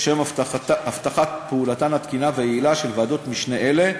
לשם הבטחת פעולתן התקינה והיעילה של ועדות משנה אלה,